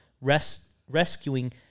rescuing